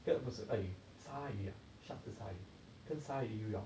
that 不是鳄鱼鲨鱼 ah sharks 是不是鲨鱼跟鲨鱼游泳